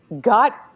got